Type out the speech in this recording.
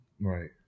Right